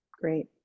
Great